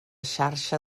xarxa